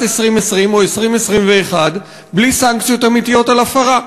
2020 או 2021 בלי סנקציות אמיתיות על הפרה.